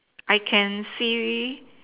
I can see